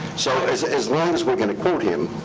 so as as long as we're gonna quote him,